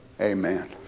amen